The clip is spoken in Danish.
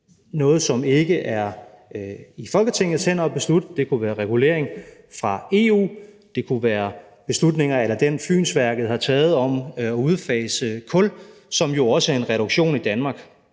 noget, som ikke er i Folketingets hænder at beslutte. Det kunne være regulering fra EU, det kunne være beslutninger a la den, Fynsværket har taget, om at udfase kul, som jo også er en reduktion i Danmark.